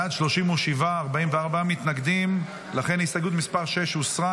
בעד, 37, נגד, 44. הסתייגות מס' 6 הוסרה.